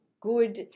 good